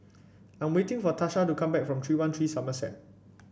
I'm waiting for Tasha to come back from three one three Somerset